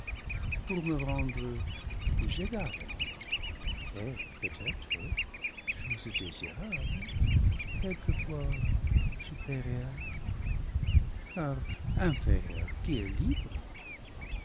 pour me rendre plus égale à lui et peut-être chose désirable quelque fois supérieure car inférieur qui est libre